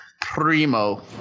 primo